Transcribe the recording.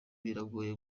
biragoye